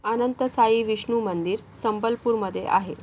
अनंतसाई विष्णू मंदिर संबलपूरमध्ये आहे